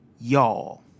Y'all